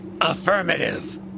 Affirmative